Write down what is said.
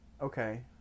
Okay